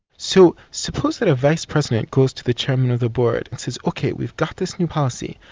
so, suppose that a vice-president goes to the chairman of the board and says ok, we've got this new policy,